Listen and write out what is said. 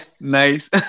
nice